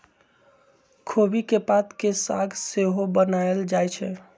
खोबि के पात के साग सेहो बनायल जाइ छइ